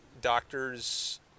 doctors